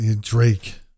Drake